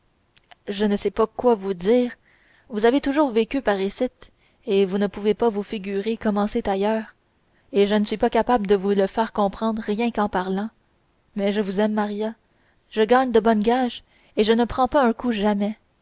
je ne sais pas quoi vous dire vous avez toujours vécu par icitte et vous ne pouvez pas vous figurer comment c'est ailleurs et je ne suis pas capable de vous le faire comprendre rien qu'en parlant mais je vous aime maria je gagne de bonnes gages et je prends pas un coup jamais